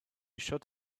should